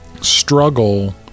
struggle